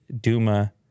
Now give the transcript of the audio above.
Duma